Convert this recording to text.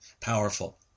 powerful